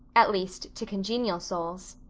at least, to congenial souls.